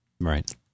Right